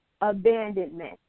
abandonment